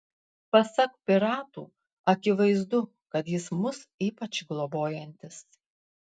pasak piratų akivaizdu kad jis mus ypač globojantis